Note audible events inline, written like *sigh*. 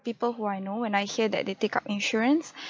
people who I know when I hear that they take up insurance *breath*